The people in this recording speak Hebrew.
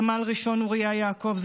סמל ראשון אוריה יעקב,